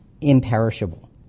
imperishable